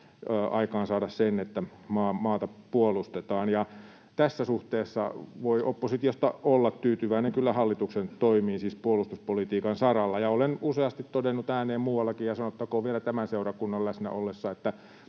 aikaansaada sen, että maata puolustetaan. Tässä suhteessa voi kyllä oppositiosta olla tyytyväinen hallituksen toimiin siis puolustuspolitiikan saralla. Olen useasti todennut ääneen muuallakin ja sanottakoon vielä tämän seurakunnan läsnä ollessa, että